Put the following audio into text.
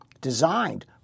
designed